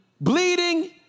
bleeding